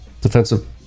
defensive